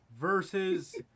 versus